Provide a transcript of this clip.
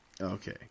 Okay